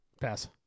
pass